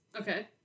Okay